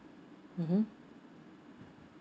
mmhmm